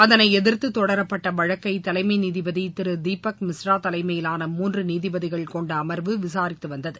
அதனை எதிர்த்து தொடரப்பட்ட வழக்கை தலைமை நீதிபதி திரு தீபக் மிஸ்ரா தலைமையிலான மூன்று நீதிபதிகள் கொண்ட அமா்வு விசாரித்து வந்தது